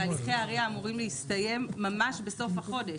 והליכי ה-RIA אמורים להסתיים ממש בסוף החודש.